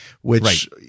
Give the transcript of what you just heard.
which-